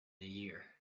year